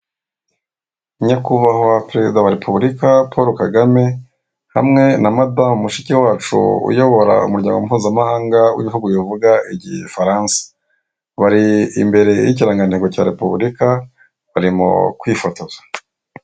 Nyakubahwa perezida wa repubulika Paul Kagame hamwe na madamu Mushikiwacu uyobora umuryango mpuzamahanga w'ibihugu bivuga igifaransa. Bari imbere y'ikirangantego cya repubulika barimo kwifotoza.